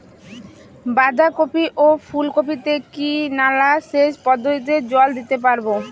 বাধা কপি ও ফুল কপি তে কি নালা সেচ পদ্ধতিতে জল দিতে পারবো?